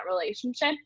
relationship